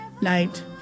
night